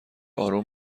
آروم